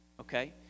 okay